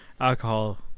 alcohol